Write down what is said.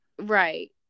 Right